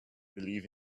believe